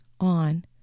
on